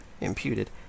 imputed